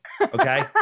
okay